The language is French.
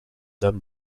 dame